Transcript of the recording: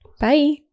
Bye